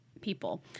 people